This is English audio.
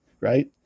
right